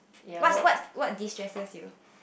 what what what distresses you